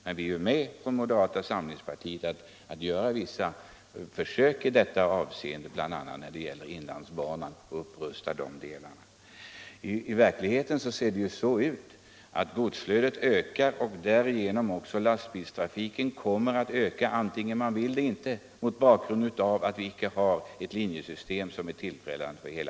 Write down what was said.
Men moderata samlingspartiet är med på att göra vissa försök i det avseendet. Vi vill bl.a. göra en upprustning av inlandsbanan. I verkligheten är det så att godsflödet ökar, och då ökar också lastbilstrafiken vare sig vi vill det eller inte: Vi skall i hela vårt land ha ett tillfredsställande linjesystem.